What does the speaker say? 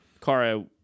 Kara